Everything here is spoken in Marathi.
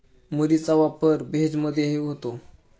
मुरीचा वापर भेज मधेही होतो